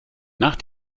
nach